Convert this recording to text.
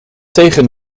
tegen